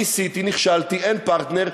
ניסיתי, נכשלתי, אין פרטנר.